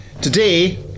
today